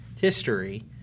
history